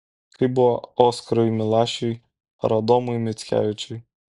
kaip buvo oskarui milašiui ar adomui mickevičiui